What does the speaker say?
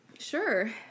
Sure